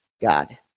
God